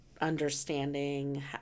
understanding